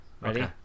Ready